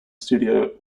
studio